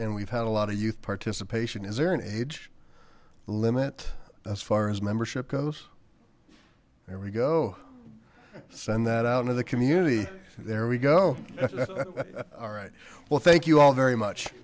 and we've had a lot of youth participation is there an age limit as far as membership goes there we go send that out into the community there we go all right well thank you all very much